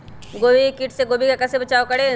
गोभी के किट से गोभी का कैसे बचाव करें?